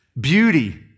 beauty